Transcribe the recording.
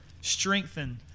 strengthen